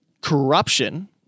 Corruption